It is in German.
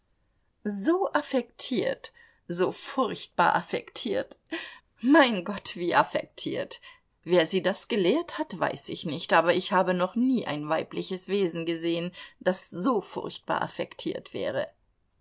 so affektiert so furchtbar affektiert mein gott wie affektiert wer sie das gelehrt hat weiß ich nicht aber ich habe noch nie ein weibliches wesen gesehen das so furchtbar affektiert wäre